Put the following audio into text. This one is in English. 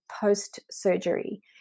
post-surgery